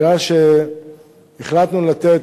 בגלל שהחלטנו לתת,